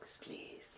please